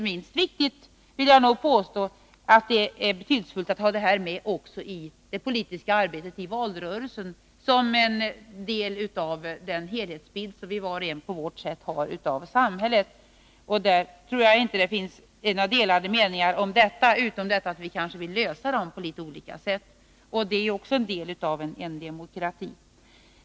Jag vill påstå att det också är betydelsefullt att ha med detta i det politiska arbetet i valrörelsen som en del av den helhetsbild som vi var och en på vårt sätt har av samhället. Inte heller där tror jag det finns några delade meningar, fast vi vill kanske lösa problemen på litet olika sätt. Detta är ju också en del av en demokrati.